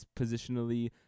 positionally